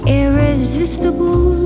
irresistible